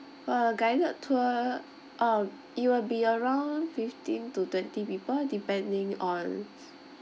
err guided tour um it will be around fifteen to twenty people depending on